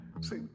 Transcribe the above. See